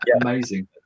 amazing